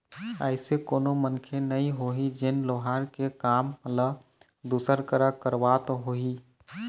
अइसे कोनो मनखे नइ होही जेन लोहार के काम ल दूसर करा करवात होही